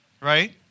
right